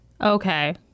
Okay